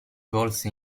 volse